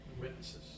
Witnesses